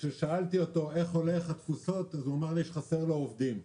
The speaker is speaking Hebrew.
כאשר שאלתי אותו איך הולך עם התפוסות הוא אמר לי שחסרים לו עובדים.